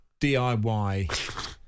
DIY